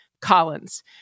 Collins